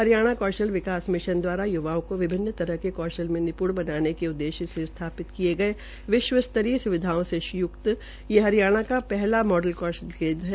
हरियाणा कौशल विकास विकास मिशन दवारा य्वाओं को विभिन्न तरह के कौशल में निप्ण बनाने के उददेश्य से स्थापित किये गये विश्व स्तरी सुविधाओं से युक्त ये हरियाणा का प्रथम माडल कौशल केन्द्र है